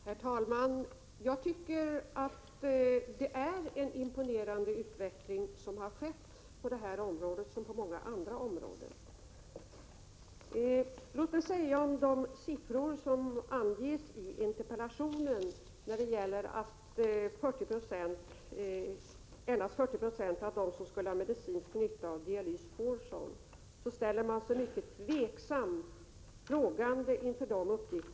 Herr talman! Jag tycker att det skett en imponerande utveckling på detta område, liksom på många andra områden. Låt mig angående de siffror som anges i interpellationen, att endast 40 9 av dem som skulle ha medicinsk nytta av dialys får sådan, säga att socialstyrelsen ställer sig tveksam och frågande inför denna uppgift.